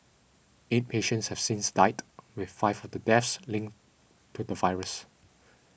eight patients have since died with five of the deaths linked to the virus